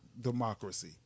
democracy